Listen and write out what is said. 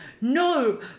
no